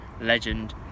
Legend